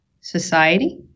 society